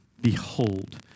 Behold